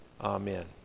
Amen